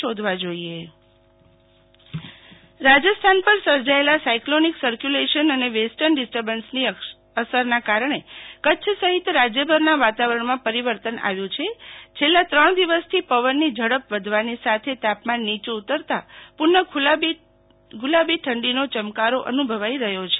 શિતલ વૈશ્નવ હવામાન રાજસ્થાન પર સર્જાયેલા સાયકલોનીક સર્કયુલેશન અને વેસ્ટર્ન ડિસ્ટબન્સની અસરના કારણે કચ્છ સહિત રાજ્યભરના વાતાવરણમાં પરિવર્તન આવ્યું છે છેલ્લા ત્રણ દિવસથી પવનની ઝડપ વધવાની સાથે તાપમાન નીચું ઉતરતા પુનઃ ગુલાબી ઠંડીનો ચમકારો અનુભવાઈ રહ્યો છે